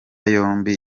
yombi